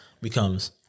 becomes